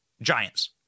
giants